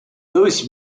louis